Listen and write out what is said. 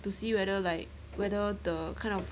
to see whether like whether the kind of